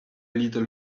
little